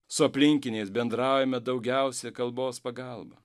su aplinkiniais bendraujame daugiausiai kalbos pagalba